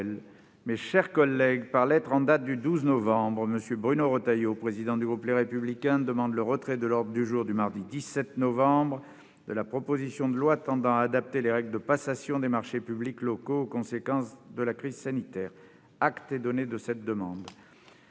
ma chère collègue. Par lettre en date du 12 novembre 2020, M. Bruno Retailleau, président du groupe Les Républicains, demande le retrait de l'ordre du jour du mardi 17 novembre 2020 de la proposition de loi tendant à adapter les règles de passation des marchés publics locaux, conséquence de la crise sanitaire. Acte est donné de cette demande.